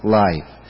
life